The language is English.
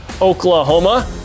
Oklahoma